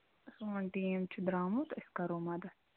سون ٹیٖم چھُ درٛامُت أسۍ کرو مَدت